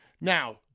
Now